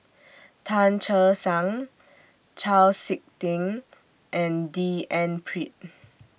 Tan Che Sang Chau Sik Ting and D N Pritt